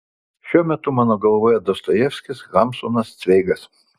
šiuo metu mano galvoje dostojevskis hamsunas cveigas